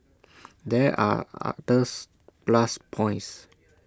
there are others plus points